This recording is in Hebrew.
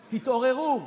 תתעוררו.